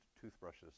toothbrushes